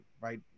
right